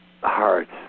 hearts